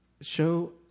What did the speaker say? show